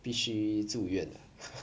必须住院